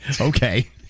Okay